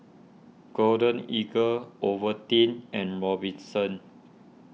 Golden Eagle Ovaltine and Robinsons